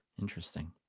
Interesting